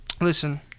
listen